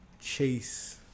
chase